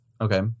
Okay